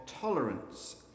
tolerance